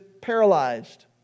paralyzed